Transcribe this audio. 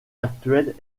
actuelle